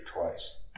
twice